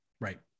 Right